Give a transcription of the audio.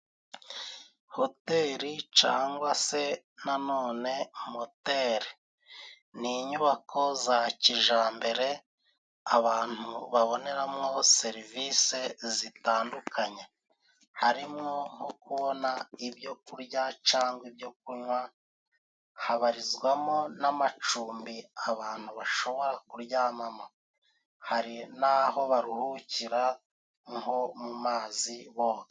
Hoteri cangwa se nanone moteri ni inyubako za kijambere abantu baboneramo serivise zitandukanye. Harimo nko kubona ibyo kurya cangwa ibyo kunywa, habarizwamo n'amacumbi abantu bashobora kuryamamo, hari n'aho baruhukira nko mu mazi boga.